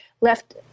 left